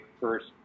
first